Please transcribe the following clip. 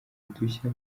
udushya